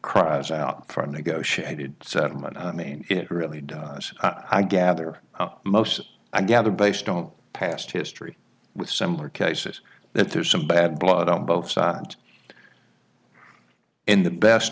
cries out for a negotiated settlement i mean it really does i gather most i gather based on past history with similar cases that there's some bad blood on both sides and in the best